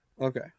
Okay